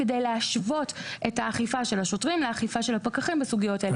כדי להשוות את האכיפה של השוטרים לאכיפה של הפקחים בסוגיות האלה.